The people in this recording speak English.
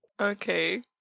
Okay